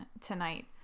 tonight